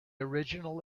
original